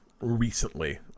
recently